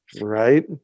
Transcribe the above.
Right